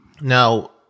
Now